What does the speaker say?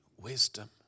wisdom